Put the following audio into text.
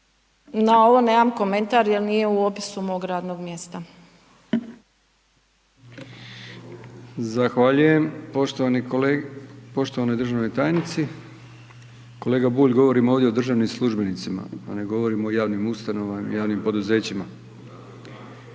na ovo nemam komentar jer nije u opisu mog radnog mjesta. **Brkić, Milijan (HDZ)** Zahvaljujem poštivanoj državnoj tajnici. Kolega Bulj, govorimo ovdje o državnim službenicima a ne govorimo o javnim ustanovama ni o javnim poduzećima.